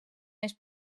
més